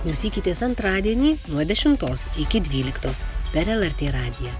klausykitės antradienį nuo dešimtos iki dvyliktos per lrt radiją